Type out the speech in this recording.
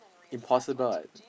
impossible one